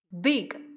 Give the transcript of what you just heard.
Big